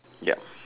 yup